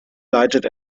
leitet